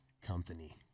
company